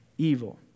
evil